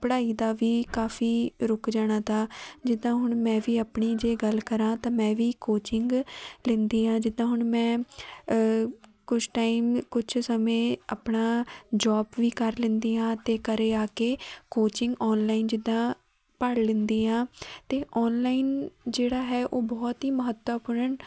ਪੜ੍ਹਾਈ ਦਾ ਵੀ ਕਾਫੀ ਰੁੱਕ ਜਾਣਾ ਤਾ ਜਿੱਦਾਂ ਹੁਣ ਮੈਂ ਵੀ ਆਪਣੀ ਜੇ ਗੱਲ ਕਰਾਂ ਤਾਂ ਮੈਂ ਵੀ ਕੋਚਿੰਗ ਲੈਂਦੀ ਹਾਂ ਜਿੱਦਾਂ ਹੁਣ ਮੈਂ ਕੁਛ ਟਾਈਮ ਕੁਛ ਸਮੇਂ ਆਪਣਾ ਜੋਬ ਵੀ ਕਰ ਲੈਂਦੀ ਹਾਂ ਅਤੇ ਘਰ ਆ ਕੇ ਕੋਚਿੰਗ ਔਨਲਾਈਨ ਜਿੱਦਾਂ ਪੜ੍ਹ ਲੈਂਦੀ ਹਾਂ ਅਤੇ ਔਨਲਾਈਨ ਜਿਹੜਾ ਹੈ ਉਹ ਬਹੁਤ ਹੀ ਮਹੱਤਵਪੂਰਨ